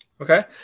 Okay